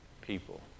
people